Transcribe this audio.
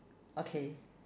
okay